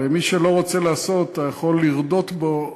הרי מי שלא רוצה לעשות, אתה יכול לרדות בו.